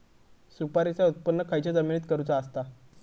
सुपारीचा उत्त्पन खयच्या जमिनीत करूचा असता?